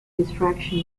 distraction